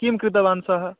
किं कृतवान् सः